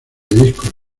discos